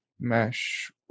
mesh